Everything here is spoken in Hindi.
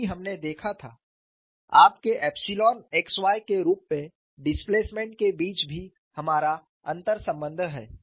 क्योंकि हमने देखा था आपके एप्सिलॉन x y के रूप में डिस्प्लेसमेंट के बीच भी हमारा अंतर्संबंध है